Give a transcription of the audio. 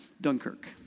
Dunkirk